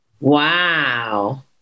Wow